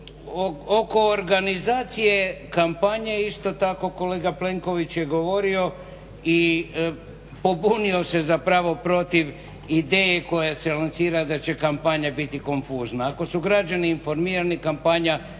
Oko organizacije kompanije isto tako kolega Plenković je govorio i pobunio se zapravo protiv ideje koja se locira da će kompanija biti konfuzna. Ako su građani informirani, kompanija